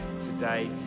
today